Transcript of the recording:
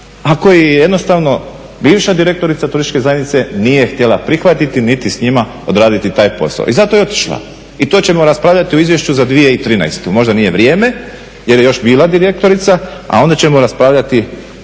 koji jednostavno bivša direktorica turističke zajednice nije htjela prihvatiti niti s njima odraditi taj posao i zato je i otišla i to ćemo raspravljati u izvješću za 2013. Možda nije vrijeme jer je još bila direktorica, a onda ćemo raspravljati